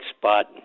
spot